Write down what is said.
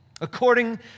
according